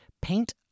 paint